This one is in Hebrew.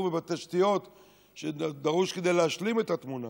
ובתשתיות שדרושות כדי להשלים את התמונה.